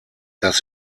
das